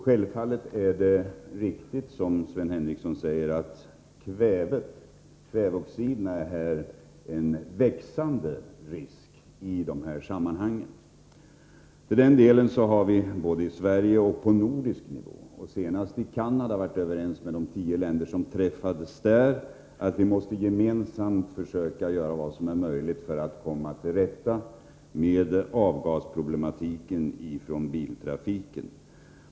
Självfallet har Sven Henricsson rätt när han säger att kväveoxiderna utgör en växande risk i dessa sammanhang. Härvidlag har vi varit överens både i Sverige och i hela Norden. Nu senast träffades representanter för tio länder i Canada, och vi var då överens om att vi gemensamt måste försöka göra vad som är möjligt för att komma till rätta med problemet med bilavgaserna.